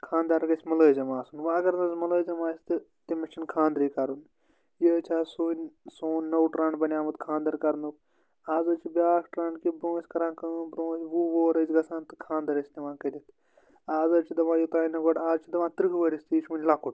خانٛدار گژھہِ مُلٲزِم آسُن وۄنۍ اَگر نہٕ حظ مُلٲزِم آسہِ تہٕ تٔمِس چھُنہٕ خانٛدرٕے کَرُن یہِ حظ چھُ آز سٲنۍ سون نوٚو ٹرٛنٛڈ بنیٛامُت خانٛدَر کَرنُک آز حظ چھِ بیٛاکھ ٹرٛنٛڈ کہِ برٛونٛہہ ٲسۍ کَران کٲم برٛونٛہہ ٲس وُہ وُہر ٲسۍ گژھان تہٕ خاندَر ٲسۍ نِوان کٔرِتھ آز حظ چھِ دَپان یوٚتانۍ نہٕ گۄڈٕ آز چھِ دپان تٕرٛہ وُہرس تہِ یہِ چھُ وُنہِ لۄکُٹ